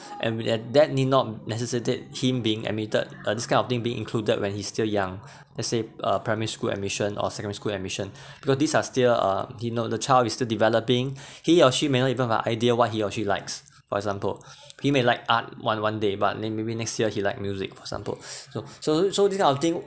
and with that that need not necessitate him being admitted uh this kind of thing being included when he's still young as if uh primary school admission or secondary school admission because these are still uh didn't know the child is still developing he or she may not even have idea what he or she likes for example he may like art one one day but then maybe next year he like music for examples so so so kind of thing